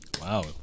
Wow